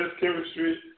chemistry